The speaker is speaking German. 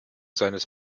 seines